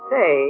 Say